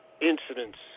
incidents